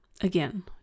Again